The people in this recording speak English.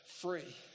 free